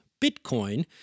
Bitcoin